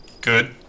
Good